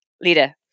Lida